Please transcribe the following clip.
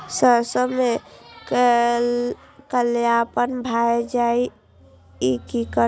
सरसों में कालापन भाय जाय इ कि करब?